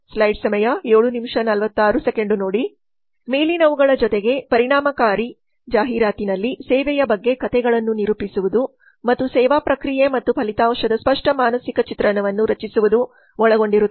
ಮೇಲಿನವುಗಳ ಜೊತೆಗೆ ಪರಿಣಾಮಕಾರಿ ಜಾಹೀರಾತಿನಲ್ಲಿ ಸೇವೆಯ ಬಗ್ಗೆ ಕಥೆಗಳನ್ನು ನಿರೂಪಿಸುವುದು ಮತ್ತು ಸೇವಾ ಪ್ರಕ್ರಿಯೆ ಮತ್ತು ಫಲಿತಾಂಶದ ಸ್ಪಷ್ಟ ಮಾನಸಿಕ ಚಿತ್ರಣವನ್ನು ರಚಿಸುವುದು ಒಳಗೊಂಡಿರುತ್ತದೆ